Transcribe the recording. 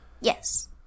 Yes